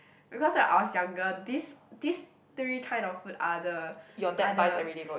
because when I was younger this these three kind of food are the are the